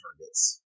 targets